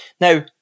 now